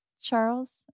Charles